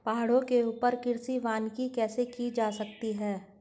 पहाड़ों के ऊपर कृषि वानिकी कैसे की जा सकती है